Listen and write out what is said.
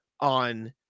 on